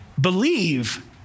believe